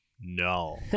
No